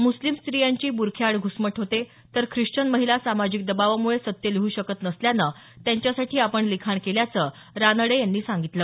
मुस्लिम स्त्रियांची बुरख्याआड घुसमट होते तर ख्रिश्चन महिला सामाजिक दबावामुळे सत्य लिहू शकत नसल्यानं त्यांच्यासाठी आपण लिखाण केल्याचं रानडे यांनी सांगितलं